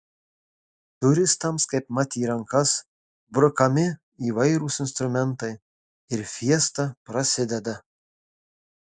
turistams kaipmat į rankas brukami įvairūs instrumentai ir fiesta prasideda